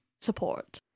support